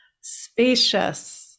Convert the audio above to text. spacious